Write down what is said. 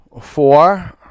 Four